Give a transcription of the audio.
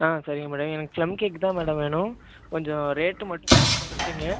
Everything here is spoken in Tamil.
சரிங்க மேடம் எனக்கு ப்ளம் கேக் தான் மேடம் வேணும் கொஞ்சம் ரேட்டு மட்டும் கொஞ்சம் குறச்சிக்ங்க